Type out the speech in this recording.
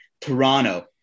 Toronto